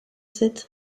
sept